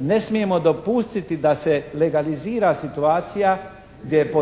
ne smijemo dopustiti da se legalizira situacija gdje je